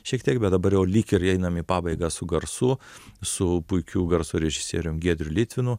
šiek tiek bet dabar jau lyg ir einam į pabaigą su garsu su puikiu garso režisierium giedriu litvinu